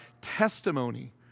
testimony